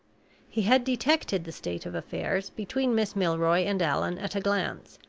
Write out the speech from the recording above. he had detected the state of affairs between miss milroy and allan at glance,